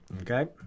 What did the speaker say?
Okay